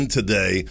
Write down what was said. today